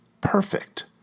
Perfect